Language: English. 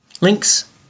Links